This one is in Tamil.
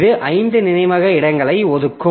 இது 5 நினைவக இடங்களை ஒதுக்கும்